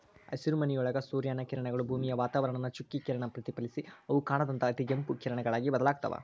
ಹಸಿರುಮನಿಯೊಳಗ ಸೂರ್ಯನ ಕಿರಣಗಳು, ಭೂಮಿಯ ವಾತಾವರಣಾನ ಚುಚ್ಚಿ ಕಿರಣ ಪ್ರತಿಫಲಿಸಿ ಅವು ಕಾಣದಂತ ಅತಿಗೆಂಪು ಕಿರಣಗಳಾಗಿ ಬದಲಾಗ್ತಾವ